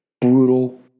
brutal